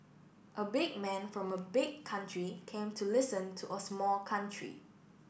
a big man from a big country came to listen to a small country